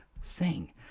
sing